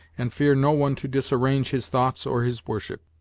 and fear no one to disarrange his thoughts or his worship.